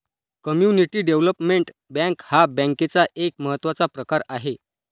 community development bank हा बँकेचा एक महत्त्वाचा प्रकार आहे